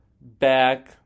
back